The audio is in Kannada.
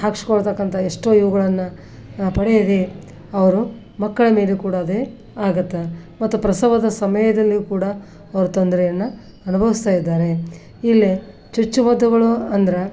ಹಾಕ್ಸ್ಕೊಳ್ತಕ್ಕಂಥ ಎಷ್ಟೋ ಇವುಗಳನ್ನು ಪಡೆಯದೇ ಅವರು ಮಕ್ಕಳ ಮೇಲೆ ಕೂಡ ಅದೇ ಆಗುತ್ತೆ ಮತ್ತು ಪ್ರಸವದ ಸಮಯದಲ್ಲಿಯೂ ಕೂಡ ಅವ್ರು ತೊಂದರೆಯನ್ನು ಅನುಭವಿಸ್ತಾ ಇದ್ದಾರೆ ಇಲ್ಲಿ ಚುಚ್ಚುಮದ್ದುಗಳು ಅಂದ್ರೆ